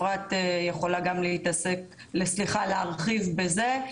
אפרת יכולה גם להרחיב על זה.